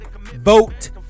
vote